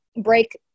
break